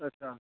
अच्छा